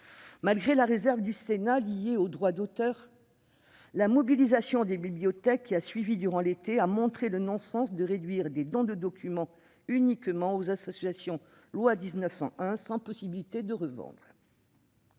Malgré la réserve du Sénat liée aux droits d'auteur, la mobilisation des bibliothécaires qui a suivi durant l'été a montré le non-sens de réduire les dons des documents uniquement aux associations loi 1901 sans possibilité de revente.